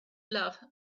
love